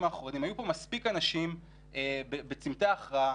האחרונים היו פה מספיק אנשים בצמתי ההכרעה,